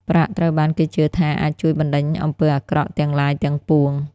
ប្រាក់ត្រូវបានគេជឿថាអាចជួយបណ្តេញអំពើអាក្រក់ទាំងឡាយ ទាំងពួង។